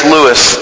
Lewis